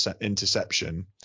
interception